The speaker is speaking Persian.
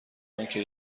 آنکه